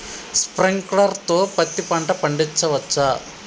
Sprinkler తో పత్తి పంట పండించవచ్చా?